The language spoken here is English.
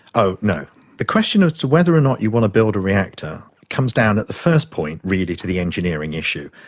ah no. the question as to whether or not you want to build a reactor comes down at the first point really to the engineering issue.